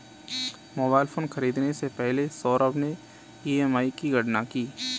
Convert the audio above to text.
mobile phone खरीदने से पहले सौरभ ने ई.एम.आई की गणना की